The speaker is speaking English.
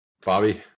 Bobby